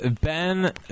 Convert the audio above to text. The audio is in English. Ben